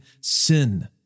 sin